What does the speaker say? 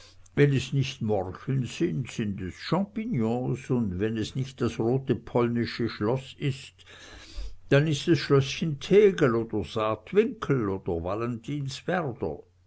wenn es nicht morcheln sind sind es champignons und wenn es nicht das rote polnische schloß ist dann ist es schlößchen tegel oder saatwinkel oder